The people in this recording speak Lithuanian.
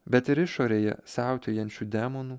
bet ir išorėje siautėjančių demonų